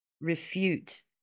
refute